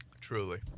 truly